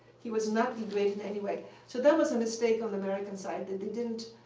he was not degraded in any way. so that was a mistake on the american side, that they didn't.